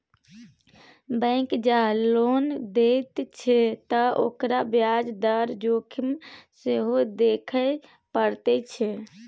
bank जँ loan दैत छै त ओकरा ब्याज दर जोखिम सेहो देखय पड़ैत छै